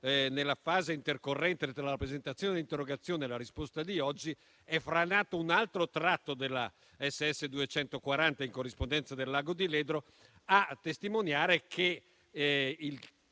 nella fase intercorrente tra la presentazione dell'interrogazione e la risposta di oggi è franato un altro tratto della strada statale SS240, in corrispondenza del lago di Ledro, a testimoniare i